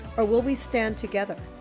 or will we stand together?